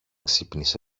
ξύπνησε